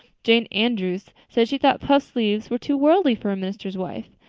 jane andrews said she thought puffed sleeves were too worldly for a minister's wife,